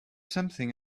something